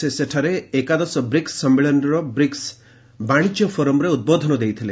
ସେ ସେଠାରେ ଏକାଦଶ ବ୍ରିକ୍ସ ସମ୍ମିଳନୀରେ ବ୍ରିକ୍ସ ବାଣିଜ୍ୟ ଫୋରମରେ ଉଦ୍ବୋଧନ ଦେଇଥିଲେ